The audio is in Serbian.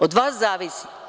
Od vas zavisi.